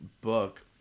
book